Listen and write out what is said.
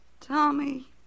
tommy